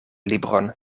libron